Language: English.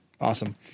awesome